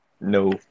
No